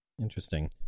interesting